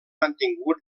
mantingut